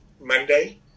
Monday